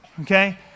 okay